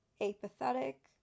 apathetic